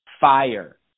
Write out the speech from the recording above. Fire